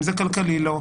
אם זה כלכלי לו.